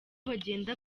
bagenda